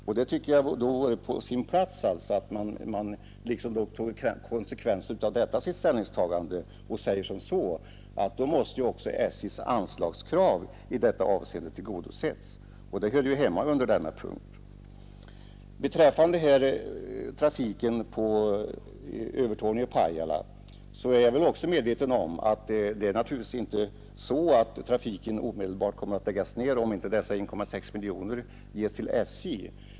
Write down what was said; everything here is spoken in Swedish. Jag tycker det vore på sin plats att man tog konsekvenserna av sitt ställningstagande och sade att då måste också SJ:s anslagskrav i detta avseende tillgodoses. Det hör ju hemma under denna punkt. Beträffande trafiken Övertorneå—Pajala är jag också medveten om att trafiken naturligtvis inte omedelbart kommer att läggas ned om inte dessa — Nr 51 1,6 miljoner ges till SJ.